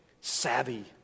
savvy